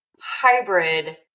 hybrid